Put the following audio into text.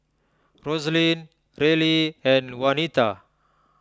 Roslyn Reilly and Waneta